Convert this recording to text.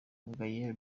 gaelle